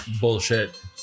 Bullshit